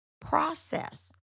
process